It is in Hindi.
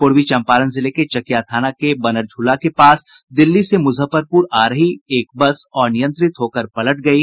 पूर्वी चंपारण जिले के चकिया थाना के बनरझूला के पास दिल्ली से मुजफ्फरपुर आ रही एक बस अनियंत्रित होकर पलट गयी